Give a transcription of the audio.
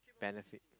benefit